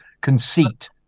conceit